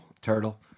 turtle